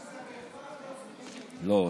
לא.